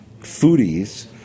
foodies